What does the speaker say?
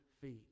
feet